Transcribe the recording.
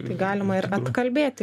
galima ir atkalbėti